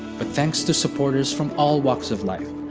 but thanks to supporters from all walks of life,